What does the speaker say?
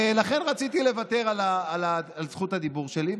ולכן רציתי לוותר על זכות הדיבור שלי,